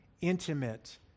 intimate